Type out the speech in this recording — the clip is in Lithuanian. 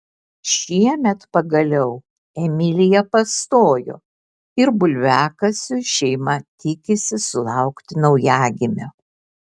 šiemet pagaliau emilija pastojo ir bulviakasiui šeima tikisi sulaukti naujagimio